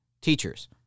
teachers